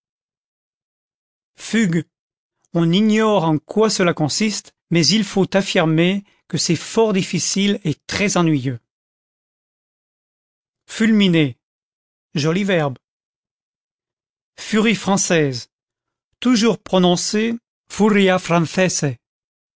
on ignore en quoi cela consiste mais il faut affirmer que c'est fort difficile et très ennuyeux fulminer joli verbe furie française toujours prononcer furia